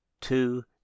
two